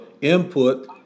input